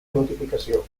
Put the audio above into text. notificació